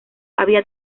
había